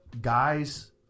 guys